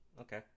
Okay